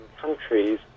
countries